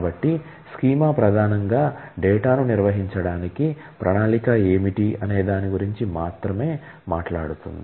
కాబట్టి స్కీమా ప్రధానంగా డేటాను నిర్వహించడానికి ప్రణాళిక ఏమిటి అనే దాని గురించి మాత్రమే మాట్లాడుతుంది